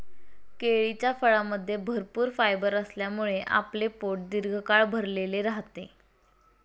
केळीच्या फळामध्ये भरपूर फायबर असल्यामुळे आपले पोट दीर्घकाळ भरलेले राहते